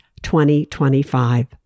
2025